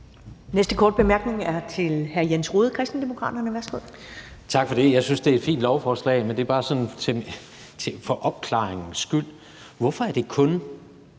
Næste korte bemærkning er til hr. Jens Rohde, Kristendemokraterne. Værsgo. Kl. 14:57 Jens Rohde (KD): Tak for det. Jeg synes, det er et fint lovforslag, men det er bare sådan for opklaringens skyld, at jeg vil